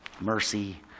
mercy